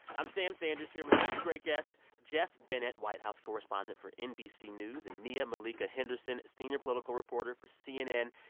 i'm sam sanders here with two great guests, geoff bennett, white house correspondent for nbc news, and nia-malika henderson, senior political reporter for cnn.